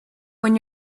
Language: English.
when